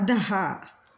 अधः